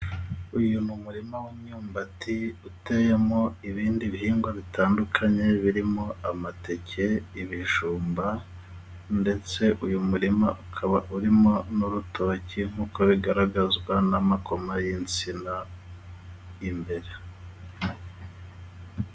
Uyu ni umurima w' imyumbati uteyemo ibindi bihingwa bitandukanye birimo: amateke, ibijumba ndetse uyu murima ukaba urimo n'urutoki nk'uko bigaragazwa n'amakoma y'insina imbere.